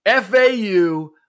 FAU